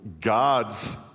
God's